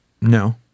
No